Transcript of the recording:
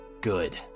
Good